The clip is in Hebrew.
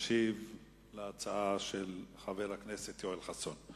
להשיב על ההצעה של חבר הכנסת יואל חסון.